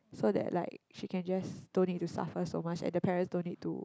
so that like she can just don't need to suffer so much and the parent don't need to